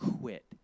quit